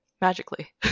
magically